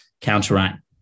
counteract